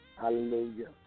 Hallelujah